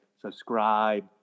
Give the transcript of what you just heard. Subscribe